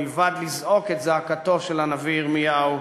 מלבד לזעוק את זעקתו של הנביא ירמיהו: